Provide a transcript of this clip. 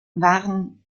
waren